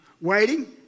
Waiting